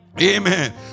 Amen